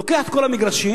לוקח את כל המגרשים,